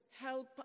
Help